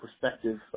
perspective